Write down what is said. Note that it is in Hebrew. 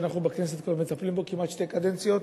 שאנחנו בכנסת כבר מטפלים בו כמעט שתי קדנציות,